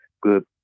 good